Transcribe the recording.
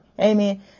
Amen